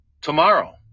tomorrow